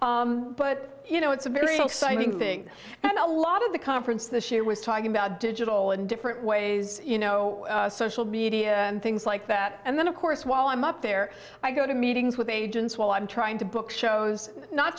gorgeous but you know it's a very exciting thing and a lot of the conference this year was talking about digital in different ways you know social media and things like that and then of course while i'm up there i go to meetings with agents while i'm trying to book shows not